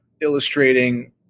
illustrating